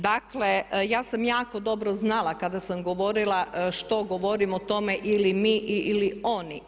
Dakle, ja sam jako dobro znala kada sam govorila što govorim o tome ili mi ili oni.